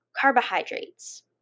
carbohydrates